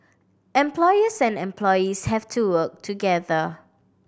employers and employees have to work together